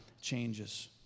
changes